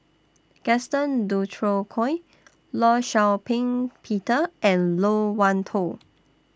Gaston Dutronquoy law Shau Ping Peter and Loke Wan Tho